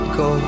go